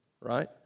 right